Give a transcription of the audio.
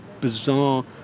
bizarre